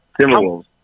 Timberwolves